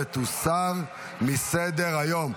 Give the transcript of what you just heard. ותוסר מסדר-היום.